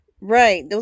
right